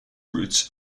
routes